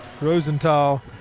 Rosenthal